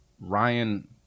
Ryan